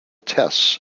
tests